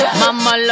mama